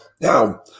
Now